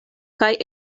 kaj